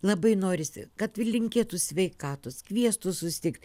labai norisi kad linkėtų sveikatos kviestų susitikt